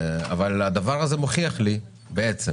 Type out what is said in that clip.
הדבר הזה מוכיח לי בעצם